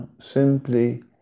simply